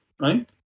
right